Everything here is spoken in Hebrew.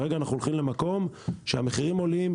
כרגע אנחנו הולכים למקום שהמחירים עולים,